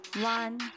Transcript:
one